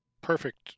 perfect